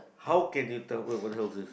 how can you tell wait what the hell is this